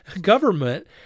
government